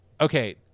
okay